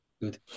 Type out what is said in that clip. Good